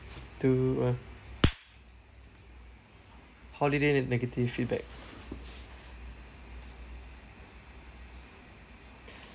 two one holiday and negative feedback